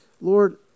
Lord